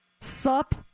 Sup